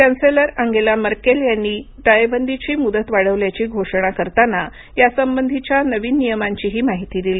chancellor Angela Merkel यांनी टाळेबंदीची मुदत वाढविल्याची घोषणा करताना यासंबंधीच्य नवीन नियमांचीही माहिती दिली